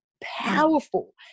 powerful